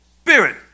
Spirit